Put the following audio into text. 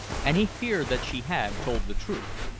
and he feared that she had told the truth.